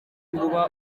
kuba